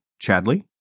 Chadley